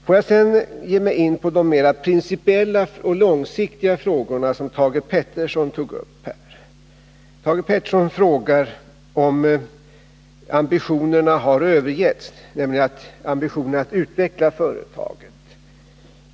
Får jag sedan ge mig in på de mer principiella och långsiktiga frågor som Thage Peterson tog upp. Thage Peterson frågade om ambitionerna att utveckla företaget hade övergetts.